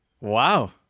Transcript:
Wow